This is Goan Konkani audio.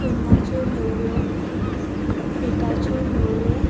सुन्नाच्यो नेवऱ्यो पिठाच्यो नेवऱ्यो